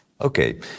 okay